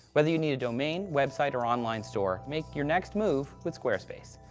whether you need a domain, website, or online store, make your next move with squarespace.